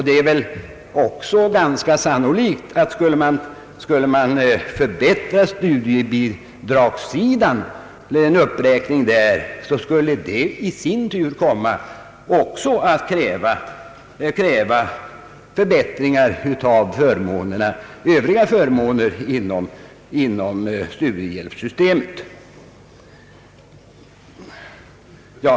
Det är väl också ganska sannolikt att om det skulle ske en uppräkning av studiebidragen, skulle detta i sin tur föranleda krav på förbättringar av övriga förmåner inom studiehjälpssystemet.